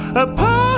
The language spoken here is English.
apart